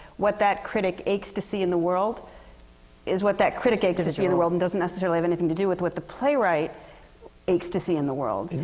what that critic aches to see in the world is what that critic aches to see in the world, and doesn't necessarily have anything to do with what the playwright aches to see in the world. and